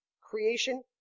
creation